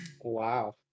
wow